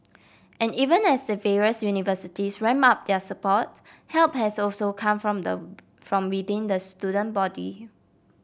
and even as the various universities ramp up their support help has also come from them from within the student body